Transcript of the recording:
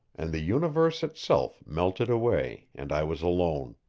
and the universe itself melted away, and i was alone.